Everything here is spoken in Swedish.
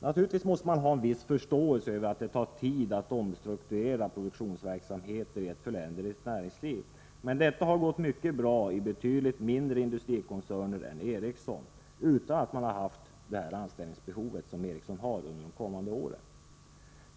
Naturligtvis måste man ha en viss förståelse för att det tar tid att omstrukturera produktionsverksamheter i ett föränderligt näringsliv. Men detta har gått mycket bra i betydligt mindre industrikoncerner än Ericssonkoncernen utan att man har haft det anställningsbehov som Ericsson har under de kommande åren.